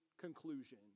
conclusion